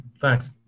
Thanks